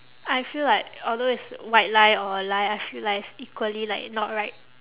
I feel like although it's white lie or a lie I feel like it's equally like not right